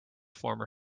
former